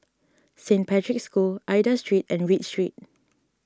Saint Patrick's School Aida Street and Read Street